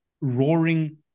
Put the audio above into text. roaring